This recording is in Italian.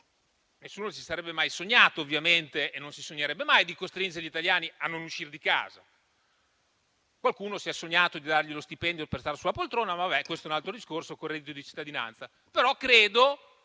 nessuno si sarebbe mai sognato, ovviamente, e non si sognerebbe mai di costringere gli italiani a non uscire di casa. Qualcuno si è sognato di dargli lo stipendio per stare sulla poltrona col reddito di cittadinanza,